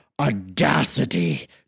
audacity